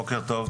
בוקר טוב.